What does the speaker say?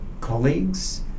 colleagues